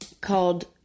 called